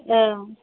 औ